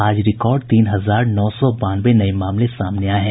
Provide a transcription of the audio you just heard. आज रिकॉर्ड तीन हजार नौ सौ बानवे नये मामले सामने आये हैं